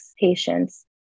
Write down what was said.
patients